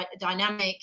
dynamic